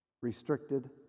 restricted